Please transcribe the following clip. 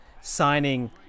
signing